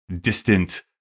distant